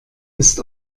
ist